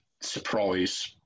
surprise